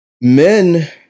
men